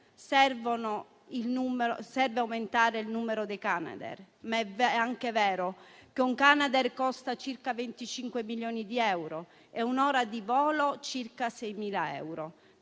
serve aumentare il numero dei Canadair, ma è anche vero che un Canadair costa circa 25 milioni di euro e un'ora di volo circa 6.000 euro.